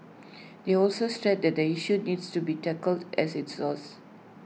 they also stressed that the issue needs to be tackled at its source